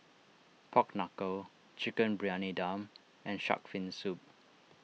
Pork Knuckle Chicken Briyani Dum and Shark's Fin Soup